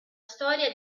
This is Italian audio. storia